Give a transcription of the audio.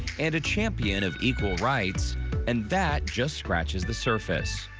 and a champion of rights and that just scratches the surface.